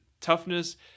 Toughness